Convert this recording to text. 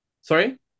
Sorry